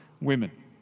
women